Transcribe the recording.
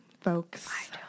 folks